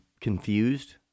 confused